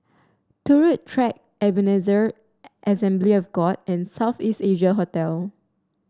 Turut Track Ebenezer Assembly of God and South East Asia Hotel